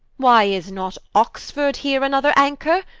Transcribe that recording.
why is not oxford here, another anchor?